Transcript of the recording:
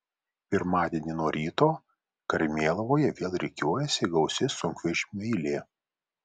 pirmadienį nuo ryto karmėlavoje vėl rikiuojasi gausi sunkvežimių eilė